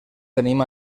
tenim